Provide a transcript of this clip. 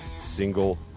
single